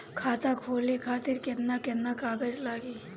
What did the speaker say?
खाता खोले खातिर केतना केतना कागज लागी?